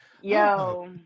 Yo